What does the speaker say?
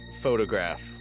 photograph